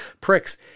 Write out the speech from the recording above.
pricks